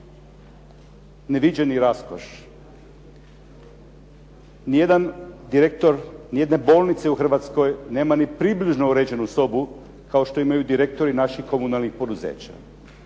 neviđeni raskoš. Ni jedan direktor ni jedne bolnice u Hrvatskoj nema ni približno uređenu sobu kao što imaju direktori naših komunalnih poduzeća.